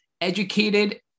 educated